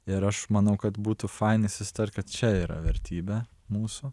ir aš manau kad būtų fainai susitart kad čia yra vertybė mūsų